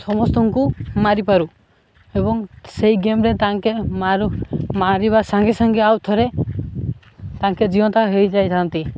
ସମସ୍ତଙ୍କୁ ମାରିପାରୁ ଏବଂ ସେଇ ଗେମ୍ରେ ତାଙ୍କେ ମାରୁ ମାରିବା ସାଙ୍ଗେ ସାଙ୍ଗେ ଆଉ ଥରେ ତାଙ୍କେ ଜିଅନ୍ତା ହୋଇଯାଇଥାନ୍ତି